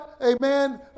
amen